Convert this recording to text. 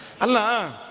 Allah